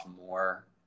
more